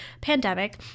pandemic